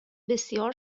بسیار